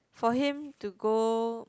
for him to go